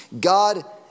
God